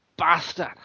Bastard